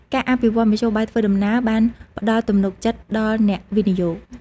ការអភិវឌ្ឍមធ្យោបាយធ្វើដំណើរបានផ្តល់ទំនុកចិត្តដល់អ្នកវិនិយោគ។